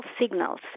signals